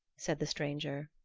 said the stranger.